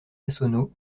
massonneau